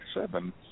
seven